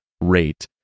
rate